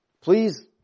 please